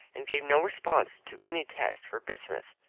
and gave no response to any test for bismuth.